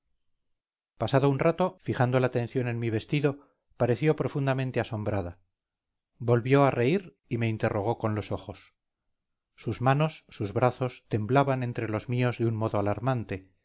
pasado un rato fijando la atención en mi vestido pareció profundamente asombrada volvió a reír y me interrogó con los ojos sus manos sus brazos temblaban entre los míos de un modo alarmante